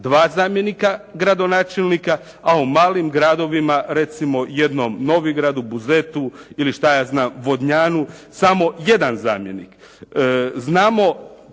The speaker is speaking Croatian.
dva zamjenika gradonačelnika, a u malim gradovima recimo jednom Novigradu, Buzetu ili šta ja znam Vodnjanu samo jedan zamjenik. Znam